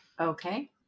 Okay